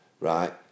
right